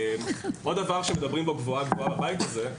עוד דבר שמדברים בו גבוהה גבוהה בבית הזה,